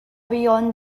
beyond